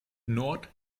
nord